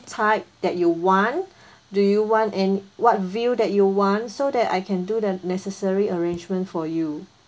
type that you want do you want and what view that you want so that I can do the necessary arrangement for you